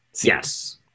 Yes